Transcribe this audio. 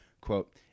quote